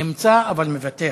נמצא אבל מוותר.